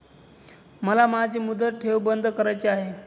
मला माझी मुदत ठेव बंद करायची आहे